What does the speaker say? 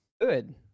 Good